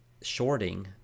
Shorting